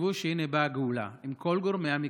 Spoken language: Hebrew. וחשבו שהינה באה הגאולה, עם כל גורמי המקצוע.